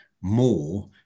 more